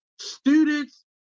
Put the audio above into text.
students